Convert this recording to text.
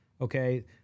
Okay